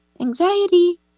Anxiety